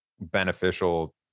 beneficial